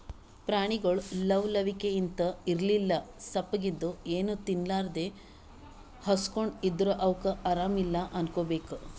ಪ್ರಾಣಿಗೊಳ್ ಲವ್ ಲವಿಕೆಲಿಂತ್ ಇರ್ಲಿಲ್ಲ ಸಪ್ಪಗ್ ಇದ್ದು ಏನೂ ತಿನ್ಲಾರದೇ ಹಸ್ಕೊಂಡ್ ಇದ್ದರ್ ಅವಕ್ಕ್ ಆರಾಮ್ ಇಲ್ಲಾ ಅನ್ಕೋಬೇಕ್